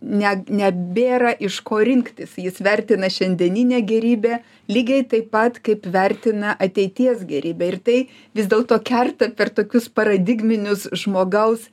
ne nebėra iš ko rinktis jis vertina šiandieninę gėrybę lygiai taip pat kaip vertina ateities gėrybę ir tai vis dėlto kerta per tokius paradigminius žmogaus